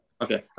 Okay